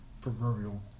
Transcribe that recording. proverbial